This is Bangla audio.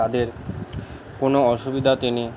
তাদের কোনো অসুবিধা তিনি